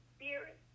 spirit